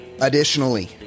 Additionally